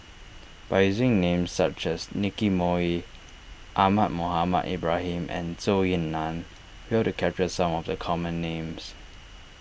by using names such as Nicky Moey Ahmad Mohamed Ibrahim and Zhou Ying Nan we hope to capture some of the common names